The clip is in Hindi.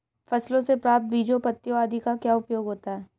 फसलों से प्राप्त बीजों पत्तियों आदि का क्या उपयोग होता है?